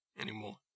anymore